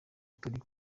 turi